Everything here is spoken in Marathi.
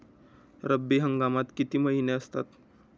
रब्बी हंगामात किती महिने असतात?